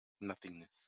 Nothingness